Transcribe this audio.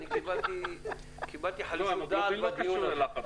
אני קיבלתי חלודה רק בדיון הזה.